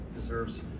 deserves